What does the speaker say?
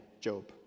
Job